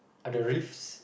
uh the riffs